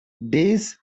this